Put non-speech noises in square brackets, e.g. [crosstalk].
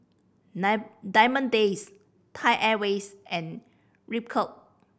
[unintelligible] Diamond Days Thai Airways and Ripcurl